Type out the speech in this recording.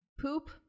poop